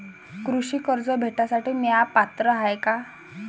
कृषी कर्ज भेटासाठी म्या पात्र हाय का?